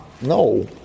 no